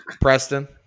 preston